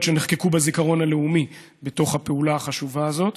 שנחקקו בזיכרון הלאומי בתוך הפעולה החשובה הזאת.